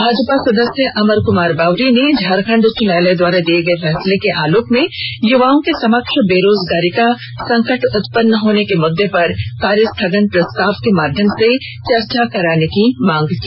भाजपा सदेस्य अमर कुमार बावरी ने झारखंड उच्च न्यायालय द्वारा दिए गए फैसले के आलोक में युवाओं के समक्ष बेरोजगारी का संकट उत्पन्न होने के मुददे पर कार्य स्थगन प्रस्ताव के माध्यम से चर्चा कराने की मांग की